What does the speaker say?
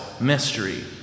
mystery